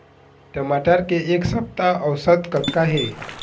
टमाटर के एक सप्ता औसत कतका हे?